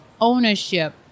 ownership